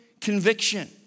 conviction